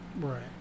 right